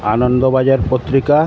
Anandabazar Patrika